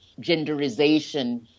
genderization